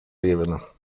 левина